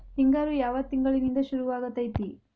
ಹಿಂಗಾರು ಯಾವ ತಿಂಗಳಿನಿಂದ ಶುರುವಾಗತೈತಿ?